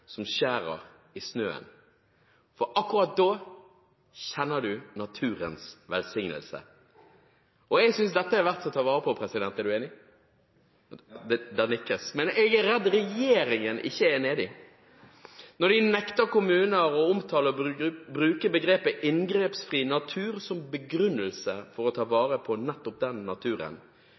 som skjærer i snøen? For akkurat da kjenner du naturens velsignelse. Jeg synes dette er verdt å ta vare på, president, er du enig? Ja. Det nikkes. Men jeg er redd regjeringen ikke er enig. Når de nekter kommuner å omtale og bruke begrepet «inngrepsfri natur» som begrunnelse for å ta vare på nettopp den naturen.